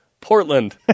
Portland